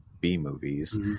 B-movies